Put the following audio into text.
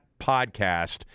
podcast